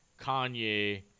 Kanye